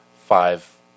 five